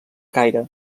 caire